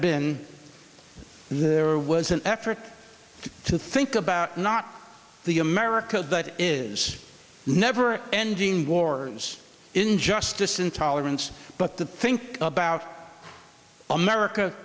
and there was an effort to think about not the america that is never ending wars injustice intolerance but the think about america